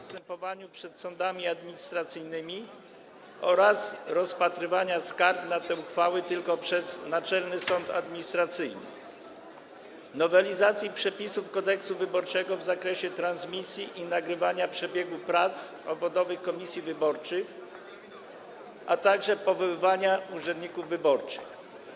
postępowaniu przed sądami administracyjnymi oraz rozpatrywania skarg na te uchwały tylko przez Naczelny Sąd Administracyjny, nowelizacji przepisów Kodeksu wyborczego w zakresie transmisji i nagrywania przebiegu prac obwodowych komisji wyborczych, a także powoływania urzędników wyborczych.